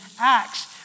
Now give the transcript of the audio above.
Acts